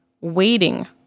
waiting